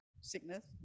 sickness